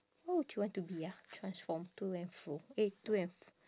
what would you want to be ah transform to and fro eh to and f~